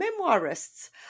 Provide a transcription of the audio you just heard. memoirists